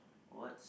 what's